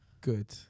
good